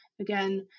again